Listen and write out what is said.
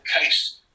case